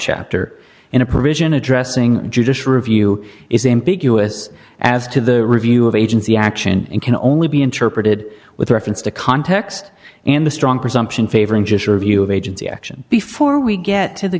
subchapter in a provision addressing judicial review is ambiguous as to the review of agency action and can only be interpreted with reference to context and the strong presumption favoring just your view of agency action before we get to the